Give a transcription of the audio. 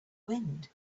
wind